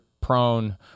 prone